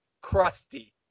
crusty